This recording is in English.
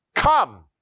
Come